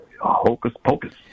hocus-pocus